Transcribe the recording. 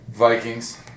Vikings